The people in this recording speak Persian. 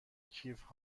کیف